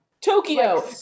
Tokyo